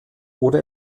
oder